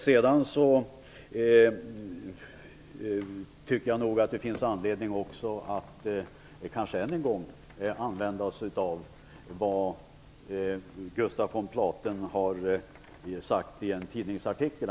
Jag tycker nog att det finns anledning att än en gång använda sig av vad Gustaf von Platen har skrivit i en tidningsartikel.